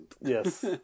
Yes